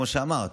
כמו שאמרת,